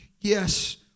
yes